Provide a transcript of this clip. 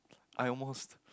I almost